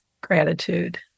gratitude